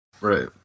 Right